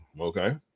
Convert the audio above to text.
Okay